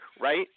Right